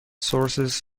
sources